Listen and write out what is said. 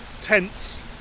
tents